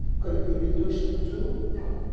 could it be reduced to two? no.